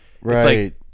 right